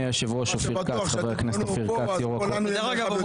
דרך אגב,